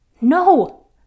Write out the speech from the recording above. No